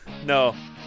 No